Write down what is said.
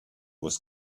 was